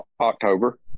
October